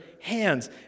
hands